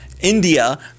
India